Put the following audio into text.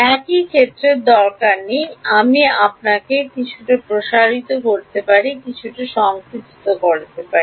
একই ক্ষেত্রের দরকার নেই আপনি আপনার কাদামাটি প্রসারিত করতে পারেন বা আপনার কাদামাটি সঙ্কুচিত করতে পারেন